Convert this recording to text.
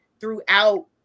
throughout